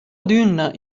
adüna